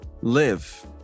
live